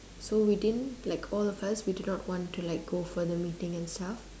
so we didn't like all of us we did not want to like go for the meetings and stuff